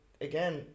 again